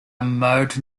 mode